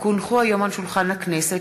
כי הונחו היום על שולחן הכנסת,